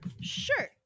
Sure